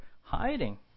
hiding